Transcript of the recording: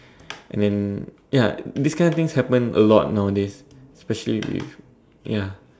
and then ya this kinds of thing happen a lot nowadays especially with ya